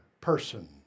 person